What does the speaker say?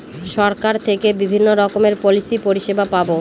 সরকার থেকে বিভিন্ন রকমের পলিসি পরিষেবা পাবো